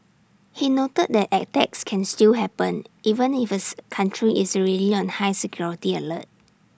he noted that attacks can still happen even ifs country is already on high security alert